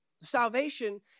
Salvation